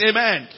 Amen